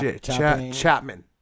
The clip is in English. Chapman